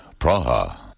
Praha